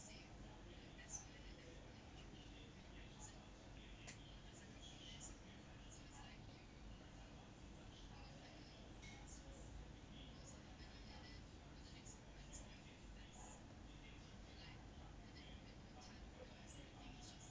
see